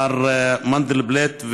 מר מנדלבליט,